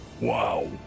wow